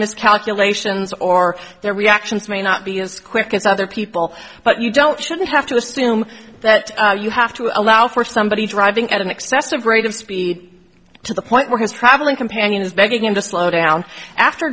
miscalculations or their reactions may not be as quick as other people but you don't shouldn't have to assume that you have to allow for somebody driving at an excessive rate of speed to the point where his traveling companion is begging him to slow down after